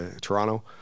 Toronto